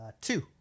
Two